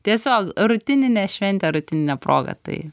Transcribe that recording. tiesiog rutininė šventė rutinine proga tai